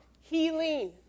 Healing